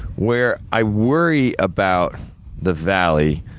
where i worry about the valley,